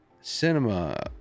cinema